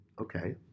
okay